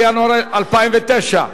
בינואר 2009,